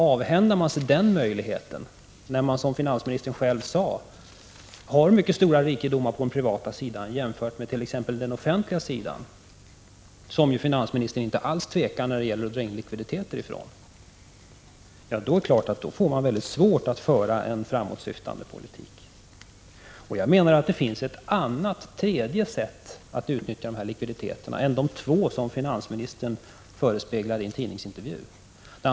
Avhänder man sig den möjligheten, när det som finansministern själv sade finns mycket stora rikedomar på den privata sidan jämfört med t.ex. vad som finns på den offentliga sidan, där finansministern inte alls tvekar att dra in likviditeter, så får man givetvis svårt att föra en framåtsyftande politik. Enligt min mening finns det ett tredje sätt att utnyttja dessa likviditeter på, utöver de två sätt som finansministern i en tidningsintervju har hävdat skulle finnas.